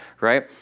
right